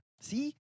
See